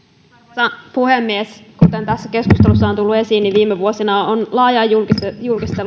arvoisa puhemies kuten tässä keskustelussa on tullut esiin viime vuosina on laajaan